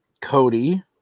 Cody